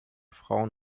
frauen